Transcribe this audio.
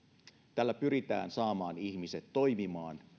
tällä pyritään saamaan ihmiset toimimaan